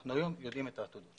אנחנו היום יודעים את העתודות.